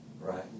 right